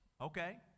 okay